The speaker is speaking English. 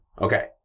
Okay